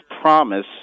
promise